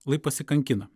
lai pasikankina